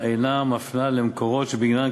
4. השאילתה אינה מפנה למקורות שבגינם,